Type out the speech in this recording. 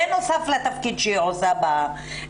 בנוסף לתפקיד שהיא עושה ברשות.